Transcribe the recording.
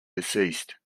deceased